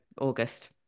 august